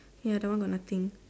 ya the one got nothing